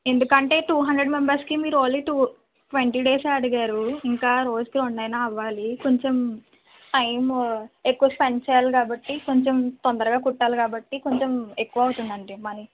ఎందుకంటే two hundred మెంబర్స్కి మీరు ఓన్లీ టూ ట్వంటీ డేసే ఆడిగారు ఇంకా రోజుకు రెండు అయిన అవ్వాలి కొంచెం టైమ్ ఎక్కువ స్పెండ్ చేయాలి కాబట్టి కొంచెం తొందరగా కుట్టాలి కాబట్టి కొంచెం ఎక్కువ అవుతుంది అండి మనీ